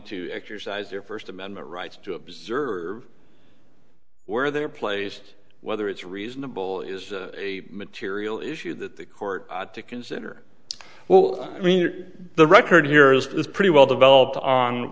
to exercise their first amendment rights to observe where they're placed whether it's reasonable is a material issue that the court to consider well i mean the record here is it is pretty well developed